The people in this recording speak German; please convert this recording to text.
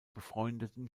befreundeten